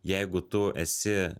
jeigu tu esi